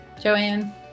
joanne